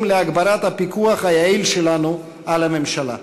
להגברת הפיקוח היעיל שלנו על הממשלה.